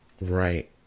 right